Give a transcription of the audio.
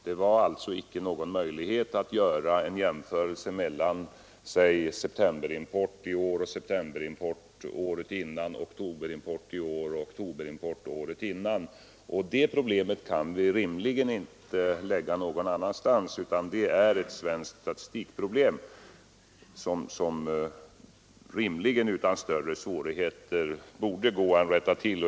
Det förelåg alltså inte någon möjlighet att göra en jämförelse mellan t.ex. septemberimporten i fjol och septemberimporten året dessförinnan eller mellan oktoberimporten i fjol och året innan. Det problemet kan vi rimligen inte lasta några andra för utan det är ett svenskt statistikproblem som rimligen utan större svårigheter borde kunna rättas till.